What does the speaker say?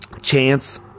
Chance